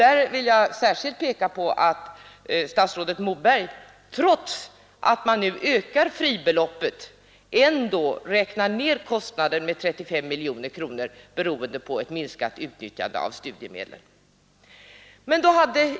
Jag vill särskilt peka på att statsrådet Moberg, trots att man nu ökar fribeloppet, ändå räknar ned kostnaden med 35 miljoner kronor beroende på minskat utnyttjande av studiemedlen.